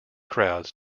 crowds